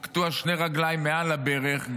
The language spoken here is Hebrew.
הוא קטוע שתי רגליים מעל הברך,